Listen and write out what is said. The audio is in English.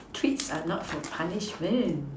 treats are not for punishment